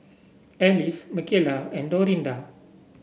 Alys Mckayla and Dorinda